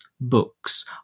books